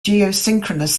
geosynchronous